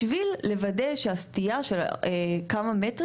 בשביל לוודא שנוכל לעקוב אחרי הסטייה של הכמה מטרים,